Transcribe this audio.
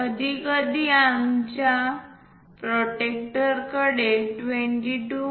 कधीकधी आमच्या प्रोटेक्टरकडे 22